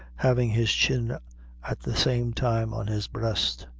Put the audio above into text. having his chin at the same time on his breast,